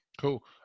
Cool